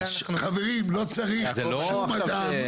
חברים לא צריך שום מדען,